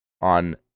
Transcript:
On